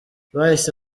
bahise